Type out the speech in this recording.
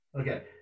Okay